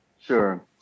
Sure